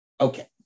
Okay